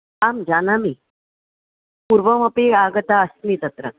आं जानामि पूर्वमपि आगता अस्मि तत्र